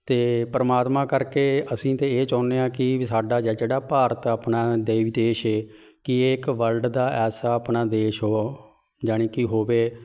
ਅਤੇ ਪਰਮਾਤਮਾ ਕਰਕੇ ਅਸੀਂ ਤਾਂ ਇਹ ਚਾਹੁੰਦੇ ਹਾਂ ਕਿ ਵੀ ਸਾਡਾ ਜਿਹੜਾ ਭਾਰਤ ਆਪਣਾ ਦੇ ਵੀ ਦੇਸ਼ ਹੈ ਕਿ ਇਹ ਇੱਕ ਵਰਲਡ ਦਾ ਐਸਾ ਆਪਣਾ ਦੇਸ਼ ਉਹ ਜਾਣੀ ਕਿ ਹੋਵੇ